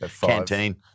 canteen